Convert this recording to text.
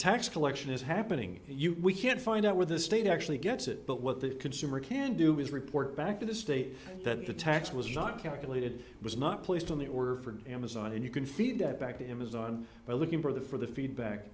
tax collection is happening you can't find out where the state actually gets it but what the consumer can do is report back to the state that the tax was not calculated it was not placed on the order for amazon and you can feed that back to amazon by looking for the for the feedback